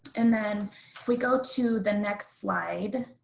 and then we go to the next slide.